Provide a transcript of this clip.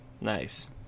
Nice